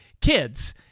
kids